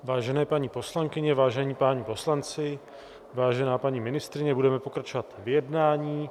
Vážené paní poslankyně, vážení páni poslanci, vážená paní ministryně, budeme pokračovat v jednání.